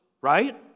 right